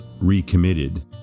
recommitted